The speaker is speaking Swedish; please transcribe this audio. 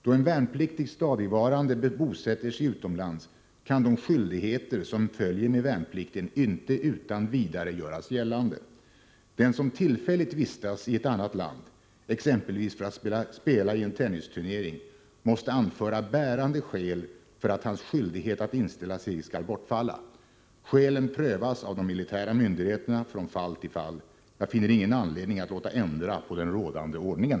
Då en värnpliktig stadigvarande bosätter sig utomlands, kan de skyldigheter som följer med värnplikten inte utan vidare göras gällande. Den som tillfälligt vistas i ett annat land, exempelvis för att spela i en tennisturnering, måste anföra bärande skäl för att hans skyldighet att inställa sig skall bortfalla. Skälen prövas av de militära myndigheterna från fall till fall. Jag finner ingen anledning att låta ändra på den rådande ordningen.